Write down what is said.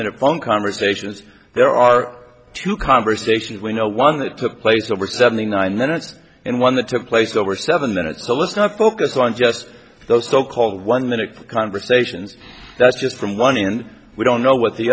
minute phone conversations there are two conversations we know one that took place over seventy nine minutes and one that took place over seven minutes so let's not focus on just those so called one minute conversations that's just from one and we don't know what the